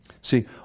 See